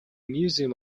museum